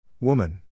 Woman